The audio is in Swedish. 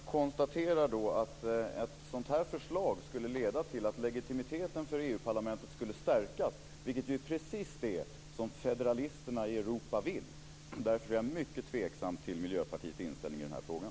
Fru talman! Jag konstaterar då att ett sådant här förslag skulle leda till att legitimiteten för EU parlamentet skulle stärkas, vilket ju är precis det som federalisterna i Europa vill. Därför är jag mycket tveksam till Miljöpartiets inställning i den här frågan.